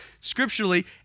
scripturally